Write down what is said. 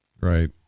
Right